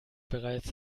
bereits